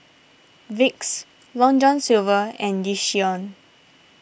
Vicks Long John Silver and Yishion